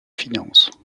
finances